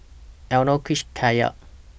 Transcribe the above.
Elenore Cruz Kaycee